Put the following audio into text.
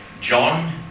John